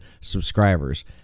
subscribers